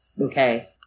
Okay